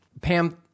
Pam